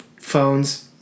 phones